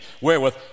wherewith